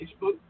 Facebook